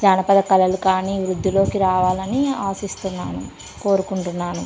జానపద కళలు కానీ వృద్ధిలోకి రావాలి అని ఆశిస్తున్నాను కోరుకుంటున్నాను